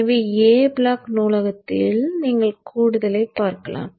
எனவே A block நூலகத்தில் நீங்கள் கூடுதலை பார்க்கலாம்